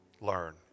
Learn